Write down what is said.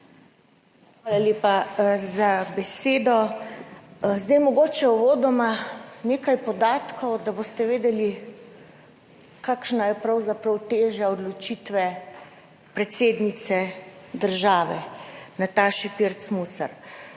Hvala lepa za besedo. Zdaj mogoče uvodoma nekaj podatkov, da boste vedeli kakšna je pravzaprav teža odločitve predsednice države Nataši Pirc Musar.